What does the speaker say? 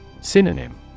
Synonym